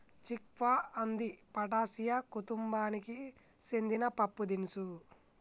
చిక్ పా అంది ఫాటాసియా కుతుంబానికి సెందిన పప్పుదినుసు